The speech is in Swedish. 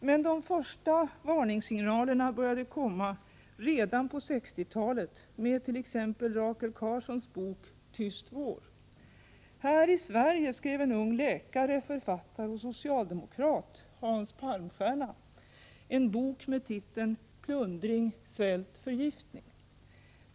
Men de första varningssignalerna började komma redan på 60-talet med t.ex. Rachel Carsons bok Tyst vår. Här i Sverige skrev en ung läkare, författare och socialdemokrat, Hans Palmstierna, en bok med titeln Plundring, svält, förgiftning.